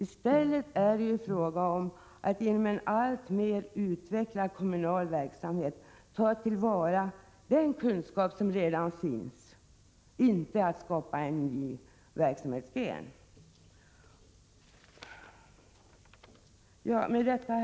I stället är det fråga om att inom en alltmer utvecklad kommunal verksamhet ta till vara den kunskap som redan finns, inte att skapa en ny verksamhetsgren. Herr talman!